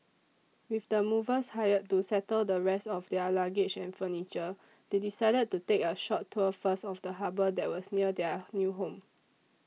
with the movers hired to settle the rest of their luggage and furniture they decided to take a short tour first of the harbour that was near their new home